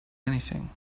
anything